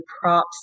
props